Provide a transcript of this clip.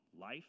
Life